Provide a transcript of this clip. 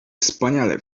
wspaniale